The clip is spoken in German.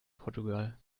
portugal